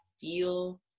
feel